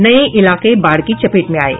नये इलाके बाढ़ की चपेट में आये